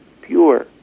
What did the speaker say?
pure